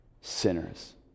sinners